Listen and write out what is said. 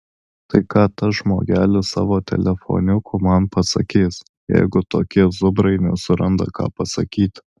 tai ką tas žmogelis savo telefoniuku man pasakys jeigu tokie zubrai nesuranda ką pasakyti